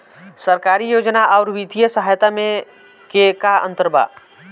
सरकारी योजना आउर वित्तीय सहायता के में का अंतर बा?